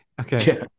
Okay